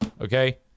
Okay